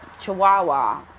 chihuahua